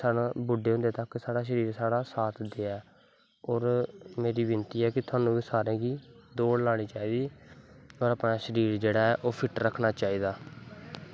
साढ़ा बुढ्डे होंदे तक साढ़ा शरार साढ़ा साथ दोऐ और मेरी बिन्नति ऐ कि थोआनू बी सारें गी दौड़ लानी चाही दी और अपनां शरीर जेह्ड़ा ऐ ओह् फिट्ट रक्खनां चाही दा